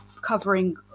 covering